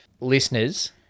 Listeners